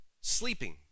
sleeping